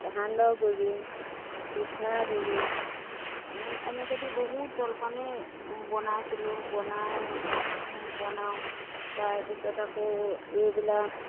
সান্দহ গুড়ি পিঠাগুড়ি মই এনেকে দি বহুত জলপানে বনাইছিলোঁ বনাই বনাওঁ তাৰ পাছত আকৌ এইবিলাক